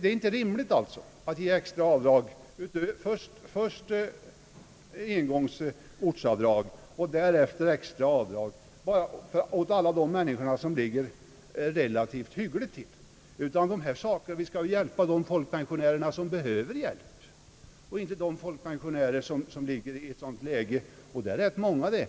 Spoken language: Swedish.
Det är alltså inte rimligt att ge extra avdrag utöver ortsavdraget åt alla de pensionärer, som ligger relativt hyggligt till. Vi skall hjälpa de folkpensionärer som behöver hjälp och inte dem — och det är rätt många — som